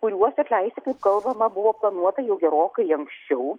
kuriuos atleistikaip kalbama buvo planuota jau gerokai anksčiau